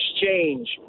exchange